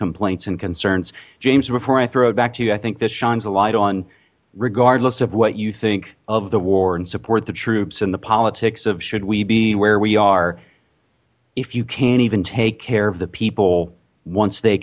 complaints and concerns james before i throw it back to you i think this shines a light on regardless of what you think of the war and support the troops and the politics of should we be where we are if you can't even take care of the people once they